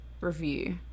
review